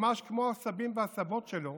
ממש כמו הסבים והסבתות שלו